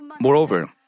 Moreover